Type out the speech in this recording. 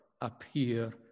appear